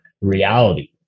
reality